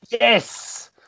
Yes